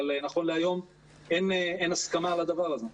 אבל נכון להיום אין הסכמה על הדבר הזה.